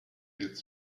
its